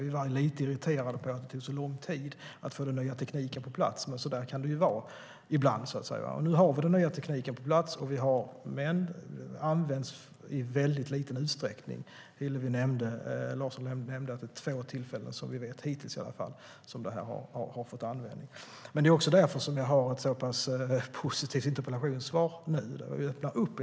Vi var lite irriterade över att det tog så lång tid att få den nya tekniken på plats, men så kan det vara ibland. Nu har vi den nya tekniken på plats, men den används i väldigt liten utsträckning. Hillevi Larsson nämnde två tillfällen när detta hittills kommit till användning som vi vet om. Det är också därför som interpellationssvaret är så pass positivt.